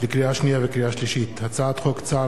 לקריאה שנייה ולקריאה שלישית: הצעת חוק צער